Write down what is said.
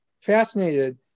fascinated